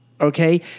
okay